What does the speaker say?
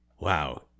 Wow